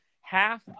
half